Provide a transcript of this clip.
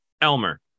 Elmer